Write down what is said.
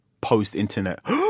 post-internet